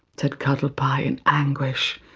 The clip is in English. said cuddlepie in anguish,